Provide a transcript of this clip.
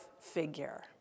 figure